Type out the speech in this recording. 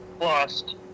lost